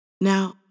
Now